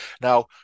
Now